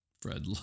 Fred